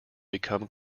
become